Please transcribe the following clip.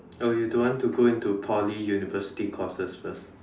oh you don't want to go to Poly university courses first